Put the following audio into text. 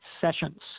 sessions